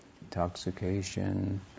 intoxication